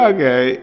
Okay